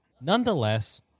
Nonetheless